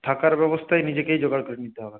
থাকার ব্যবস্থা নিজেকেই জোগাড় করে নিতে হবে